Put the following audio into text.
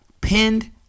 pinned